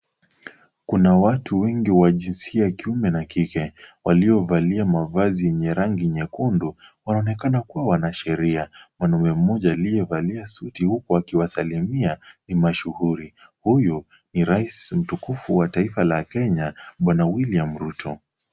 Kuna watu wengi wa jinsia ya kiume na kike, waliovalia mavazi yenye rangi nyekundu. Wanaonekana kuwa wanasheria. Mwanaume mmoja aliyevalia suti huku akiwasalimia kimashuhuri. Huyu ni rais mtukufu wa taifa la Kenya, bwana William Ruto.